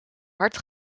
hard